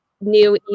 new